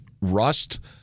rust